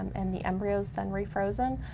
and the embryo's then refrozen.